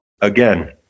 again